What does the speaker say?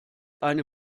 eine